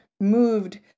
moved